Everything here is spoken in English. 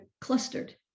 clustered